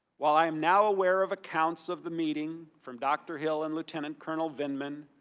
while i am now aware of account of the meeting from dr. hill and lieutenant colonel vindman,